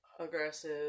aggressive